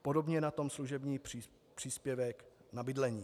Podobně je na tom služební příspěvek na bydlení.